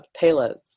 payloads